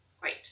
great